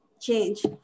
change